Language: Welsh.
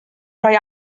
rhoi